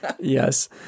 Yes